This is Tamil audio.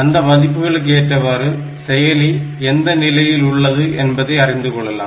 அந்த மதிப்புகளுக்கு ஏற்றவாறு செயலி எந்த நிலையில் உள்ளது என்பதை அறிந்து கொள்ளலாம்